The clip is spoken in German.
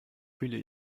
fühle